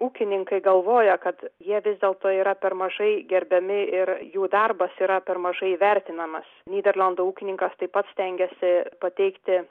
ūkininkai galvoja kad jie vis dėlto yra per mažai gerbiami ir jų darbas yra per mažai vertinamas nyderlandų ūkininkas taip pat stengiasi pateikti